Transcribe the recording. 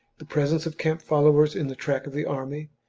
the presence of camp-followers in the track of the army,